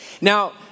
Now